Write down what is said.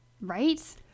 Right